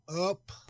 up